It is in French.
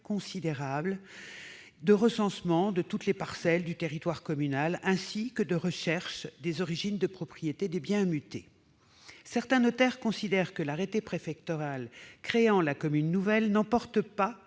considérable de recensement de toutes les parcelles du territoire communal, ainsi que de recherche des origines de propriété des biens à muter. Certains notaires considèrent que l'arrêté préfectoral créant la commune nouvelle n'emporte pas